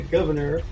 Governor